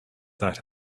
that